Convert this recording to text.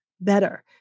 better